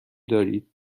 دارید